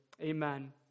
Amen